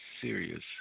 serious